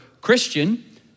Christian